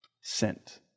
sent